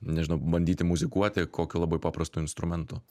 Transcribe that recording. nežinau bandyti muzikuoti kokiu labai paprastu instrumentu